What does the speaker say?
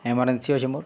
emergency ଅଛେ ମୋର୍